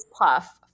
puff